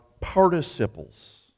participles